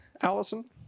Allison